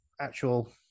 actual